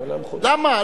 למה?